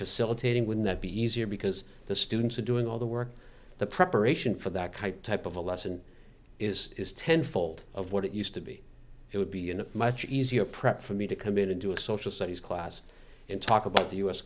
facilitating wouldn't that be easier because the students are doing all the work the preparation for that type of a lesson is is ten fold of what it used to be it would be a much easier prep for me to come in and do a social studies class and talk about the u s